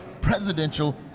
presidential